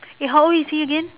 eh how old is he again